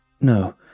no